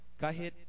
kahit